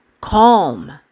calm